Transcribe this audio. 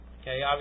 Okay